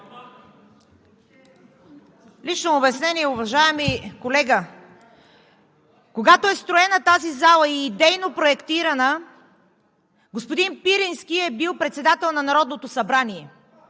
Лично обяснение. Уважаеми колега, когато тази зала е строена и идейно проектирана, господин Пирински е бил председател на Народното събрание.